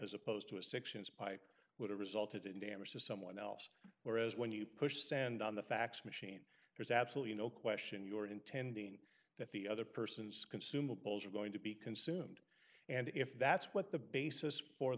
as opposed to a section's pipe would have resulted in damage to someone else whereas when you push sand on the fax machine there's absolutely no question you're intending that the other person's consumables are going to be consumed and if that's what the basis for